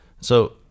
So-